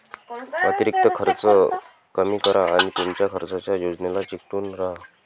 अतिरिक्त खर्च कमी करा आणि तुमच्या खर्चाच्या योजनेला चिकटून राहा